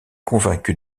convaincu